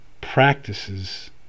practices